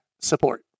support